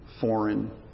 foreign